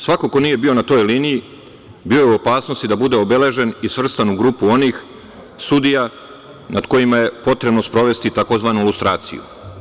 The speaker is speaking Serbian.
Svako ko nije bio na toj liniji bio je u opasnosti da bude obeležen i svrstan u grupu onih sudija nad kojima je potrebno sprovesti tzv. lustraciju.